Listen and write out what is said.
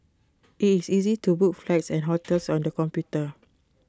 IT is easy to book flights and hotels on the computer